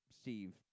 Steve